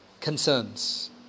concerns